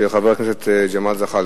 של חבר הכנסת ג'מאל זחאלקה.